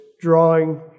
drawing